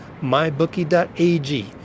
MyBookie.ag